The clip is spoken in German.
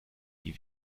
die